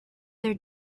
their